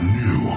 new